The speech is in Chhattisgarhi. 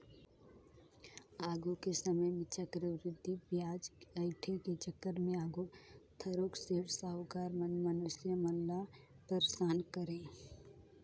आघु के समे में चक्रबृद्धि बियाज अंइठे के चक्कर में आघु थारोक सेठ, साहुकार मन मइनसे मन ल पइरसान करें